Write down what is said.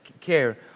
care